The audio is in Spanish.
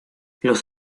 los